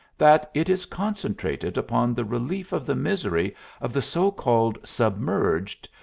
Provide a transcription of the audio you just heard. that it is concentrated upon the relief of the misery of the so-called sub merged,